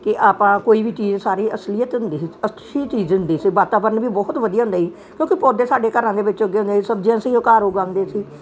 ਕਿ ਆਪਾਂ ਕੋਈ ਵੀ ਚੀਜ਼ ਸਾਰੀ ਅਸਲੀਅਤ ਹੁੰਦੀ ਹੀ ਅੱਛੀ ਚੀਜ਼ ਹੁੰਦੀ ਸੀ ਵਾਤਾਵਰਨ ਵੀ ਬਹੁਤ ਵਧੀਆ ਹੁੰਦੇ ਹੀ ਕਿਉਂਕਿ ਪੌਦੇ ਸਾਡੇ ਘਰਾਂ ਦੇ ਵਿੱਚ ਉੱਗੇ ਹੁੰਦੇ ਹੀ ਸਬਜੀਆਂ ਅਸੀ ਉਹ ਘਰ ਉਗਾਉਂਦੇ ਸੀ